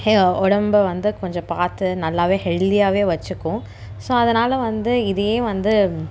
உடம்ப வந்து கொஞ்சம் பார்த்து நல்லாவே ஹெல்த்தியாகவே வச்சுக்கும் ஸோ அதனால் வந்து இதையே வந்து